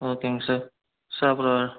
ஓகேங்க sir sir அப்றோம்